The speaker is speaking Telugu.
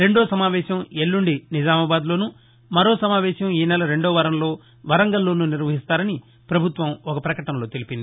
రెండో సమావేశం ఎల్లండి నిజామాబాద్ లోను మరో సమావేశం ఈ నెల రెండో వారంలో వరంగల్లోను నిర్వహిస్తారని పభుత్వం ఒక ప్రపకటనలో తెలిపింది